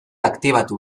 aktibatu